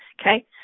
okay